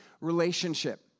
relationship